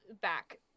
back